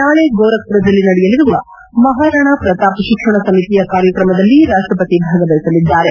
ನಾಳೆ ಗೋರಖಪುರದಲ್ಲಿ ನಡೆಯಲಿರುವ ಮಹಾರಾಣಾ ಪ್ರತಾಪ್ ಶಿಕ್ಷಣ ಸಮಿತಿಯ ಕಾರ್ಯಕ್ರಮದಲ್ಲಿ ರಾಪ್ಲಪತಿ ಭಾಗವಹಿಸಲಿದ್ದಾರೆ